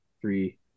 three